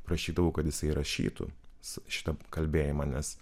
prašydavau kad jisai įrašytų su šitą kalbėjimą nes